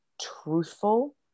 truthful